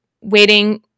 waiting